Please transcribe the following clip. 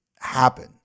happen